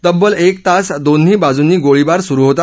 तब्बल एक तास दोन्ही बाजूंनी गोळीबार सुरु होता